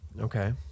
Okay